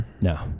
No